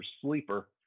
sleeper